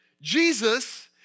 Jesus